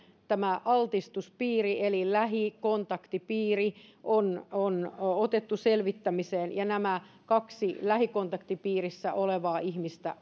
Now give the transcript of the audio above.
altistuspiirinsä eli lähikontaktipiirinsä on on otettu selvitykseen ja myös nämä kaksi lähikontaktipiirissä olevaa ihmistä